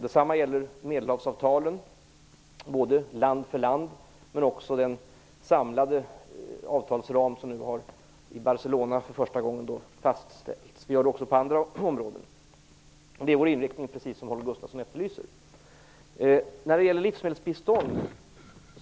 Detsamma gäller Medelhavsavtalen, både när det gäller land för land och när det gäller den samlade avtalsram som för första gången fastställdes i Barcelona. Detta har vi även på andra områden. Det är också vår inriktning, precis som Holger Gustafsson efterlyste. När det gäller livsmedelsbistånd